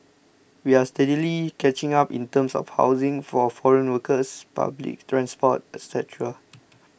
we are steadily catching up in terms of housing for foreign workers public transport etc